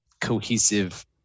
cohesive